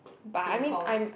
in hall